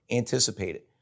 anticipated